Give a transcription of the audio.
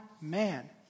man